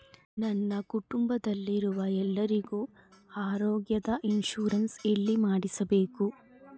ನನ್ನ ಕುಟುಂಬದಲ್ಲಿರುವ ಎಲ್ಲರಿಗೂ ಆರೋಗ್ಯದ ಇನ್ಶೂರೆನ್ಸ್ ಎಲ್ಲಿ ಮಾಡಿಸಬೇಕು?